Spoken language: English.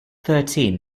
thirteen